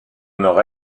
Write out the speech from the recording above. nord